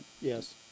Yes